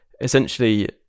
Essentially